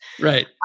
Right